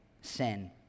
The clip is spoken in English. Sin